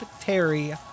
Terry